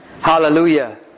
Hallelujah